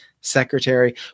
secretary